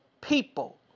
people